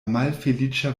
malfeliĉa